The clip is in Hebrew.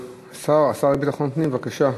השר לביטחון פנים, בבקשה,